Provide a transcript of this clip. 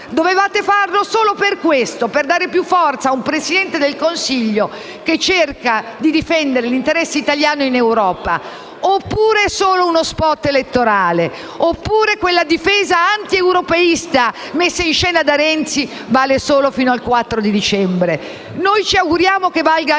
Dovevate farlo solo per questo: per dare più forza ad un Presidente del Consiglio che cerca di difendere gli interessi italiani in Europa. Oppure è solo uno *spot* elettorale? Oppure quella difesa antieuropeista messa in scena da Renzi vale solo fino al 4 dicembre? Noi ci auguriamo che valga anche dopo.